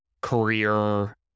career